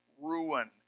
ruin